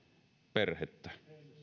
perhettä